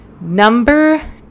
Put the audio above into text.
Number